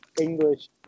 English